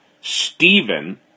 Stephen